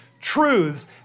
truths